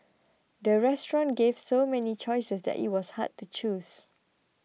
the restaurant gave so many choices that it was hard to choose